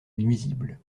nuisible